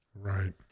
Right